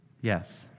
Yes